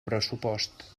pressupost